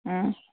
ꯎꯝ